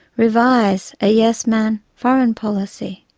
revise a yes-man foreign policy,